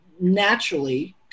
naturally